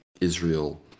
Israel